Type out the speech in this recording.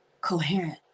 coherent